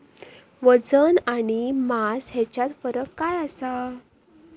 वजन आणि मास हेच्यात फरक काय आसा?